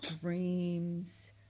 dreams